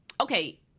Okay